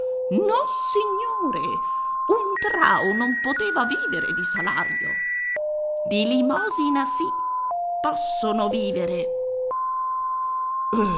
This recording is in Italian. mulini nossignore un trao non poteva vivere di salario di limosina sì possono vivere